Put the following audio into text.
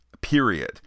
period